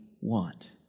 want